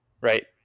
right